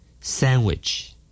Sandwich